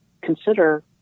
consider